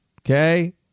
Okay